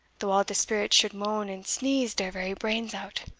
though all de spirits should moan and sneeze deir very brains out.